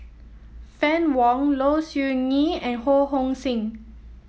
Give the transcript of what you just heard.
Fann Wong Low Siew Nghee and Ho Hong Sing